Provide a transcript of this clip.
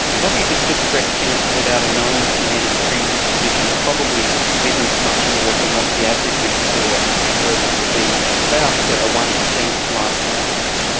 probably if it's just breast cancer without a known genetic predisposition it probably isn't much more than what the average risk for a person would be, which is about a one percent lifetime risk.